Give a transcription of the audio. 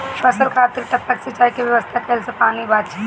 फसल खातिर टपक सिंचाई के व्यवस्था कइले से पानी बंची